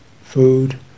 food